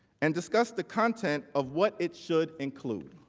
and discussed the content of what it should include.